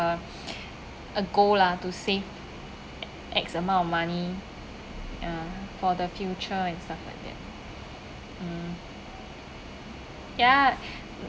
a a goal lah to save X amount of money ya for the future and stuff like that mm ya